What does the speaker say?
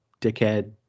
dickhead